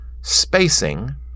spacing